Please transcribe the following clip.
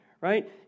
right